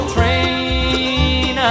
train